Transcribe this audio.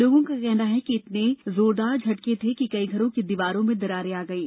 लोगों का कहना है कि झटके इतने जोरदार थे कि कई घरों की दीवारों में दरारें आ गईं